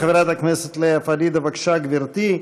חברת הכנסת לאה פדידה, בבקשה, גברתי,